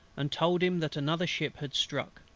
and told him that another ship had struck,